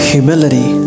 Humility